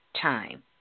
time